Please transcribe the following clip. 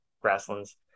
grasslands